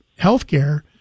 healthcare